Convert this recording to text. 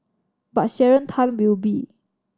but Sharon Tan will be